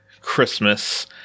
Christmas